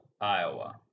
Iowa